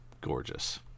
gorgeous